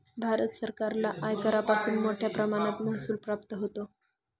भारत सरकारला आयकरापासून मोठया प्रमाणात महसूल प्राप्त होतो